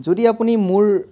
যদি আপুনি মোৰ